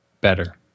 better